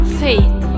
faith